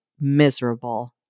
miserable